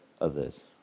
others